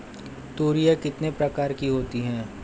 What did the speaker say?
तोरियां कितने प्रकार की होती हैं?